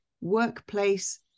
workplace